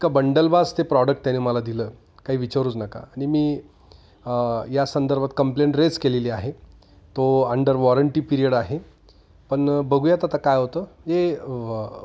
इतकं बंडलबाज ते प्रॉडक्ट त्याने मला दिलं काही विचारूच नका आणि मी या संदर्भात कंप्लेन रेज केलेली आहे तो अंडर वॉरंटी पिरियड आहे पण बघूयात आता काय होतं जे